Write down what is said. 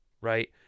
right